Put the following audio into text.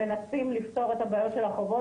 ומנסים לפתור את בעיות החובות.